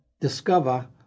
Discover